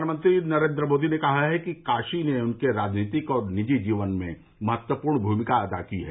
प्रधानमंत्री नरेन्द्र मोदी ने कहा है कि काशी ने उनके राजनीतिक और निजी जीवन में महत्वपूर्ण भूमिका अदा की है